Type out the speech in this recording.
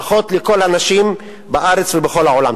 ברכות לכל הנשים בארץ ובכל העולם.